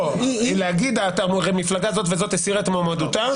אתה אומר שמפלגה זאת וזאת הסירה את מועמדותה.